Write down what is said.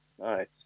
nice